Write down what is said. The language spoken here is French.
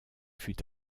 fut